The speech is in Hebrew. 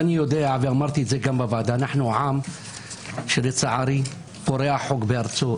אנו עם שלצערי פורע חוק בארצות.